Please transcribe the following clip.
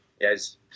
Yes